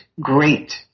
great